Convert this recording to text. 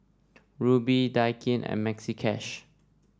Rubi Daikin and Maxi Cash